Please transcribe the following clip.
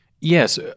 Yes